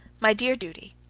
my dear judy